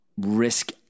risk